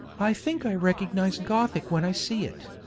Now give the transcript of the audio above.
i think i recognise gothic when i see it.